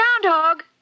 groundhog